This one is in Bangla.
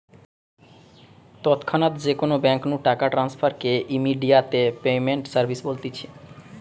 তৎক্ষণাৎ যে কোনো বেঙ্ক নু টাকা ট্রান্সফার কে ইমেডিয়াতে পেমেন্ট সার্ভিস বলতিছে